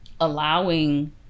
allowing